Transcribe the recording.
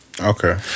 Okay